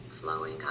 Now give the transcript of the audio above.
flowing